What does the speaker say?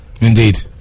Indeed